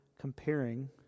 comparing